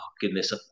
goodness